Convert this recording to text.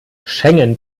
schengen